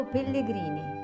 Pellegrini